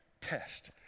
test